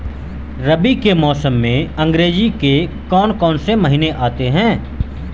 रबी के मौसम में अंग्रेज़ी के कौन कौनसे महीने आते हैं?